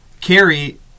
Carrie